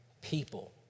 people